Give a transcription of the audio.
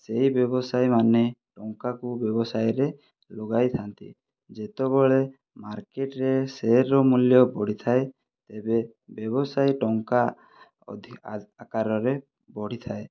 ସେହି ବ୍ୟବସାୟୀମାନେ ଟଙ୍କାକୁ ବ୍ୟବସାୟରେ ଲଗାଇ ଥାନ୍ତି ଯେତେବେଳେ ମାର୍କେଟରେ ସେୟାରର ମୂଲ୍ୟ ବଢ଼ିଥାଏ ତେବେ ବ୍ୟବସାୟ ଟଙ୍କା ଅଧିକ ଆକାରରେ ବଢ଼ିଥାଏ